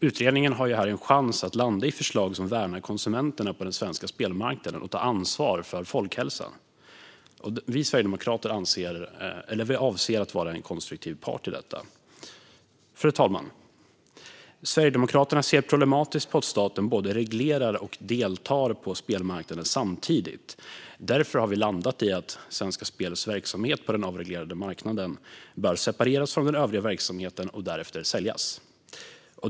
Utredningen har här en chans att landa i förslag som värnar konsumenterna på den svenska spelmarknaden och tar ansvar för folkhälsan. Vi sverigedemokrater avser att vara en konstruktiv part i detta. Fru talman! Sverigedemokraterna ser det som problematiskt att staten både reglerar och deltar på spelmarknaden samtidigt. Därför har vi landat i att Svenska Spels verksamhet på den avreglerade marknaden bör separeras från den övriga verksamheten och därefter säljas.